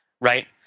right